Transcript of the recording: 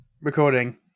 recording